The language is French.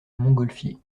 montgolfier